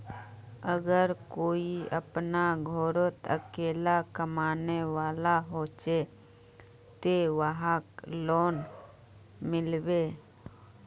अगर कोई अपना घोरोत अकेला कमाने वाला होचे ते वहाक लोन मिलबे?